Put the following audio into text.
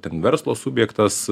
ten verslo subjektas